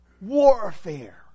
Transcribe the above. Warfare